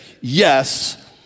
yes